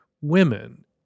women